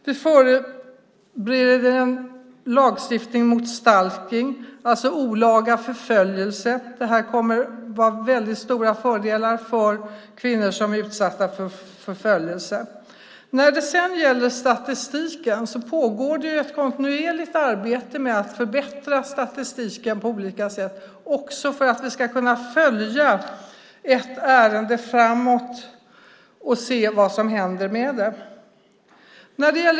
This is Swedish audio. Vi förbereder en lagstiftning mot stalkning, det vill säga olaga förföljelse. Det här kommer att ge väldigt stora fördelar för kvinnor som är utsatta för förföljelse. Det pågår ett kontinuerligt arbete med att förbättra statistiken på olika sätt, också för att vi ska kunna följa ett ärende framåt och se vad som händer med det.